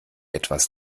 etwas